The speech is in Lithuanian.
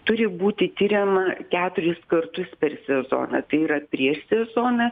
turi būti tiriama keturis kartus per sezoną tai yra prieš sezoną